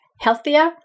healthier